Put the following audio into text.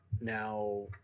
now